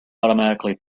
automatically